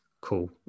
Cool